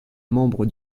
membre